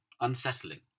unsettling